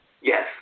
Yes